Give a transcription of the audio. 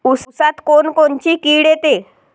ऊसात कोनकोनची किड येते?